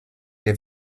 der